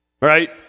Right